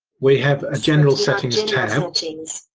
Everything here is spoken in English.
we have a general settings tab.